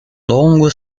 longo